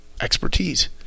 expertise